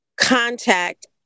contact